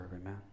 amen